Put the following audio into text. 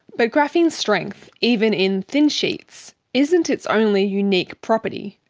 but graphene's strength, even in thin sheets, isn't its only unique property.